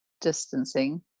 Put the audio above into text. distancing